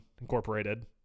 Incorporated